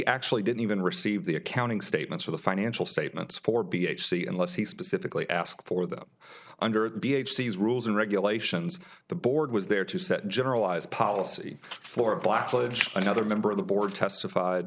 actually didn't even receive the accounting statements or the financial statements for b h c unless he specifically asked for them under the b h these rules and regulations the board was there to set generalized policy for a blacklist another member of the board testified